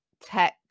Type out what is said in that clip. tech